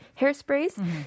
hairsprays